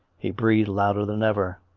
he breathed louder than ever.